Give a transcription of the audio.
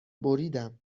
بریدم